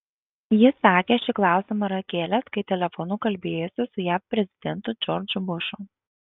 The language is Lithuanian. jis sakė šį klausimą yra kėlęs kai telefonu kalbėjosi su jav prezidentu džordžu bušu